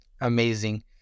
Amazing